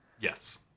yes